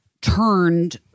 turned